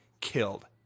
killed